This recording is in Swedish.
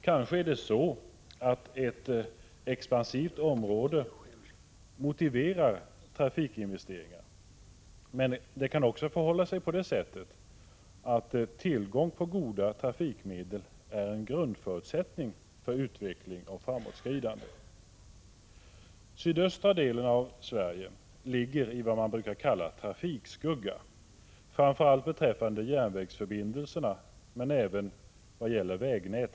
Kanske är det så, att ett expansivt område motiverar trafikinvesteringar. Men det kan också förhålla sig på det sättet, att tillgång på goda trafikmedel är en grundförutsättning för utveckling och framåtskridande. Sydöstra delen av Sverige ligger i vad man brukar kalla trafikskugga, framför allt beträffande järnvägsförbindelserna men även i vad gäller vägnätet.